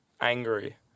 angry